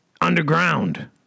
underground